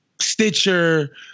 Stitcher